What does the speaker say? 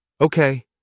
Okay